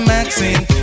Maxine